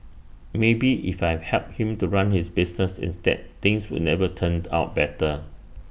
maybe if I helped him to run his business instead things would never turned out better